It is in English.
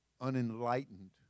unenlightened